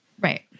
Right